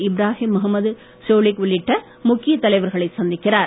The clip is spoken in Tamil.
இப்ராஹிம் முகமது சோலிஹ் உள்ளிட்ட முக்கியத் தலைவர்களை சந்திக்கிறார்